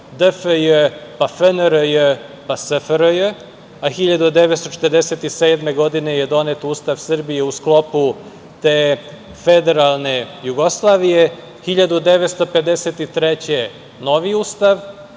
DFJ, pa FNRJ, pa SFRJ, a 1947. godine je donet Ustav Srbije u sklopu te Federalne Jugoslavije, 1953. novi Ustav,